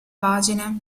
pagine